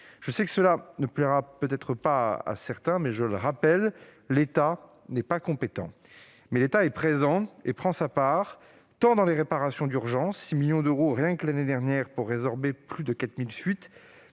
Je sais que cela ne plaira peut-être pas à certains, mais je le rappelle : l'État n'est pas compétent. Toutefois, il est présent et prend sa part, tant dans les réparations d'urgence- près de 6 millions d'euros ont été mobilisés rien que l'année dernière pour résorber plus de 4 000 fuites